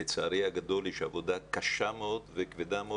לצערי הגדול יש עבודה קשה מאוד וכבדה מאוד